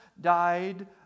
died